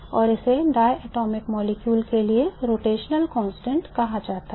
और इसे diatomic molecule के लिए rotational constantकहा जाता है